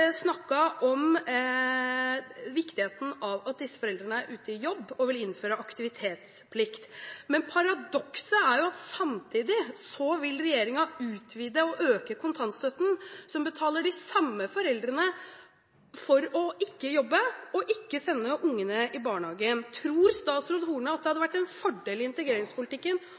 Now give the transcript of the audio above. om viktigheten av at disse foreldrene er ute i jobb, og vil innføre aktivitetsplikt. Men paradokset er jo at samtidig vil regjeringen utvide og øke kontantstøtten, som betaler de samme foreldrene for å ikke jobbe og ikke sende ungene i barnehagen. Tror statsråd Horne at det hadde vært en fordel i integreringspolitikken